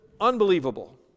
unbelievable